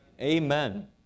amen